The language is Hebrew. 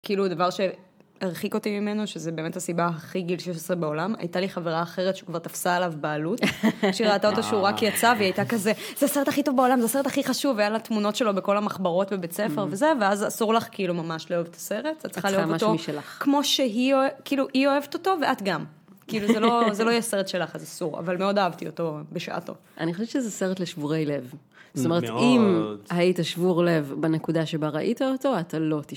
כאילו, דבר שהרחיק אותי ממנו, שזה באמת הסיבה הכי גיל 16 בעולם, הייתה לי חברה אחרת שכבר תפסה עליו בעלות, כשראיתה אותו שהוא רק יצא והיא הייתה כזה, זה הסרט הכי טוב בעולם, זה הסרט הכי חשוב, היה לה תמונות שלו בכל המחברות בבית הספר וזה, ואז אסור לך כאילו ממש לאהוב את הסרט, אתה צריכה לאהוב אותו כמו שהיא, כאילו, היא אוהבת אותו ואת גם. כאילו, זה לא יהיה סרט שלך, אז אסור, אבל מאוד אהבתי אותו בשעתו. אני חושבת שזה סרט לשבורי לב. זת׳אמרת, מאוד... אם היית שבור לב בנקודה שבא ראית אותו, אתה לא תש..